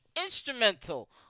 instrumental